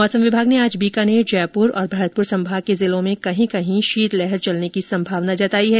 मौसम विभाग ने आज बीकानेर जयपुर और भरतपुर संभाग के जिलों में कहीं कहीं शीतलहर चलने की संभावना जताई है